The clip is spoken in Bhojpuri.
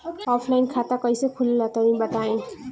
ऑफलाइन खाता कइसे खुलेला तनि बताईं?